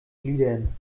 gliedern